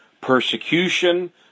Persecution